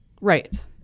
Right